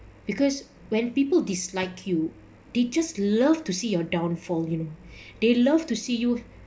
because when people dislike you they just love to see your downfall you know they love to see you